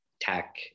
tech